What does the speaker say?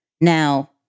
Now